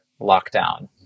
lockdown